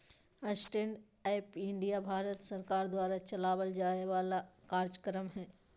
stand up India Bharat सरकार द्वारा चलावल जाय वाला कार्यक्रम हय